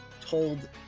told